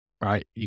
right